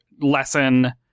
lesson